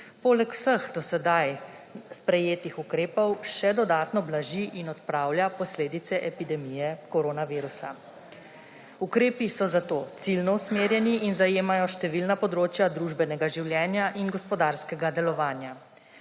poleg vseh do sedaj sprejetih ukrepov še dodatno blaži in odpravlja posledice epidemije koronavirusa. Ukrepi so zato ciljno usmerjeni in zajemajo številna področja družbenega življenja in gospodarskega delovanja.